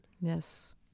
yes